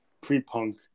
pre-punk